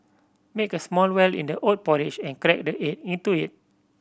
make a small well in the oat porridge and crack the egg into it